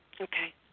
Okay